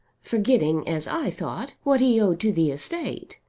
forgetting, as i thought, what he owed to the estate